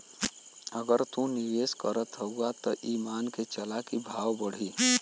अगर तू निवेस करत हउआ त ई मान के चला की भाव बढ़ी